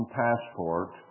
passport